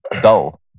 dull